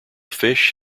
fish